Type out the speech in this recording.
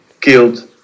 killed